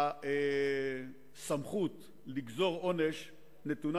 הסמכות לגזור עונש נתונה,